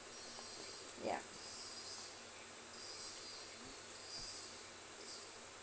yeah